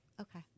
okay